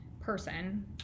person